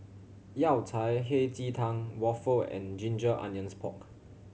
Yao Cai Hei Ji Tang waffle and ginger onions pork